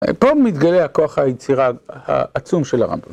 פה מתגלה כוח היצירה העצום של הרמב״ם.